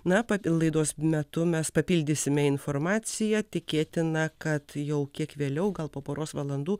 na ir laidos metu mes papildysime informaciją tikėtina kad jau kiek vėliau gal po poros valandų